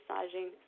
massaging